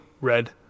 red